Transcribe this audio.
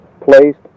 placed